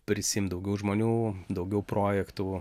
prisiimt daugiau žmonių daugiau projektų